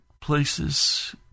places